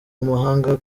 mahanga